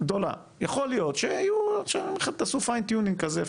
יכול להיות שתעשו פיין טיוניג כזה,